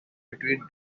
between